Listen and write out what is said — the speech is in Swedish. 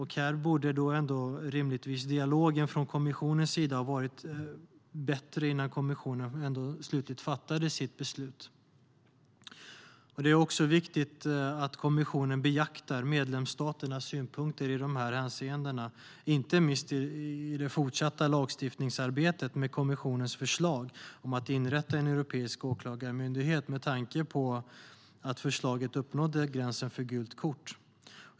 Här borde rimligtvis dialogen från kommissionens sida ha varit bättre innan kommissionen slutligt fattade sitt beslut. Det är också viktigt att kommissionen beaktar medlemsstaternas synpunkter i dessa hänseenden, inte minst i det fortsatta lagstiftningsarbetet med kommissionens förslag om att inrätta en europeisk åklagarmyndighet, med tanke på att förslaget uppnådde gränsen för gult kort.